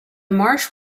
marsh